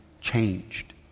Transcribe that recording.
changed